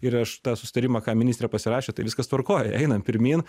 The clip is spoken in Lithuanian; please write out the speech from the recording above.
ir aš tą susitarimą ką ministrė pasirašė tai viskas tvarkoj einam pirmyn